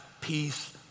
peace